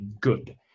good